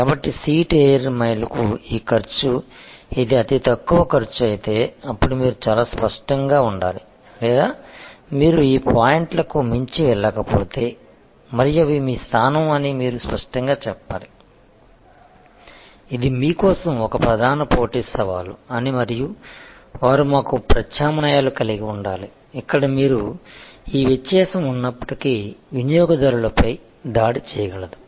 కాబట్టి seat air మైలుకు ఈ ఖర్చు ఇది అతి తక్కువ ఖర్చు అయితే అప్పుడు మీరు చాలా స్పష్టంగా ఉండాలి లేదా మీరు ఈ పాయింట్లకు మించి వెళ్ళలేకపోతే మరియు అవి మీ స్థానం అని మీరు స్పష్టంగా చెప్పాలి ఇది మీ కోసం ఒక ప్రధాన పోటీ సవాలు అని మరియు వారు మాకు ప్రత్యామ్నాయాలు కలిగి ఉండాలి ఇక్కడ మీరు ఈ వ్యత్యాసం ఉన్నప్పటికీ వినియోగదారులపై దాడి చేయగలదు